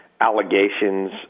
allegations